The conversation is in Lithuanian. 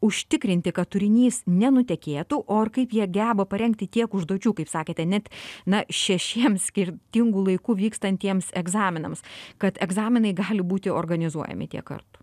užtikrinti kad turinys nenutekėtų o ir kaip jie geba parengti tiek užduočių kaip sakėte net na šešiems skirtingu laiku vykstantiems egzaminams kad egzaminai gali būti organizuojami tiek kartų